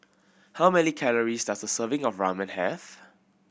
how many calories does a serving of Ramen have